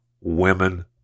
women